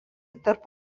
tarp